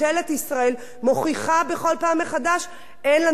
מוכיחה בכל פעם מחדש: אין לנו ברירה אחרת,